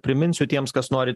priminsiu tiems kas norit